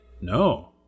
no